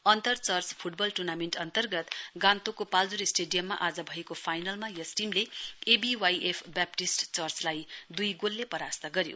अन्तर church football tournament अन्तर्गत गान्तोकको पाल्जोर स्टेडियममा आज भएको फाइनलमा यस टीमले एबीवाईएफ बेपटिस्ट चर्चलाई दुई गोलले परास्च गर्यो